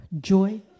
joy